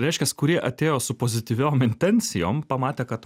reiškias kurie atėjo su pozityviom intencijom pamatė kad